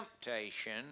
temptation